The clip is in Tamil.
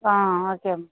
ஆ ஓகேம்மா